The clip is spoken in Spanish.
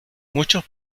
muchos